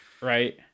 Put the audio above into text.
right